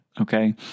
Okay